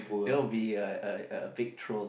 don't be a a a big troll